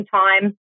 time